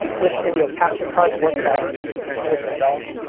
which video capture cards work best and which don't,